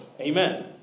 Amen